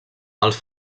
els